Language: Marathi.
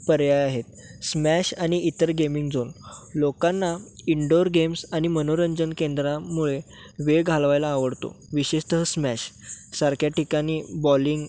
पर्याय आहेत स्मॅश आणि इतर गेमिंग झोन लोकांना इंडोअर गेम्स आणि मनोरंजन केंद्रामुळे वेळ घालवायला आवडतो विशेषतः स्मॅश सारख्या ठिकाणी बॉलिंग